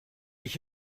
ich